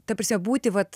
ta prasme būti vat